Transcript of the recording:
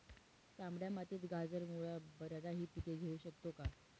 तांबड्या मातीत गाजर, मुळा, बटाटा हि पिके घेऊ शकतो का?